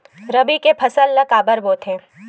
रबी के फसल ला काबर बोथे?